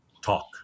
Talk